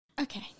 Okay